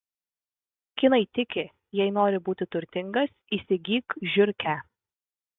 kinai tiki jei nori būti turtingas įsigyk žiurkę